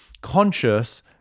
conscious